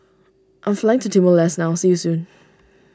I am flying to Timor Leste now see you soon